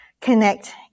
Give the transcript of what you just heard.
connect